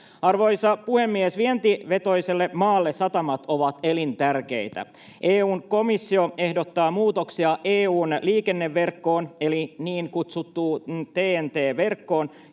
Arvoisa puhemies! Vientivetoiselle maalle satamat ovat elintärkeitä. EU:n komissio ehdottaa EU:n liikenneverkkoon eli niin kutsuttuun TEN-T-verkkoon